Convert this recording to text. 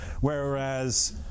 Whereas